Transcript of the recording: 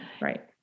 Right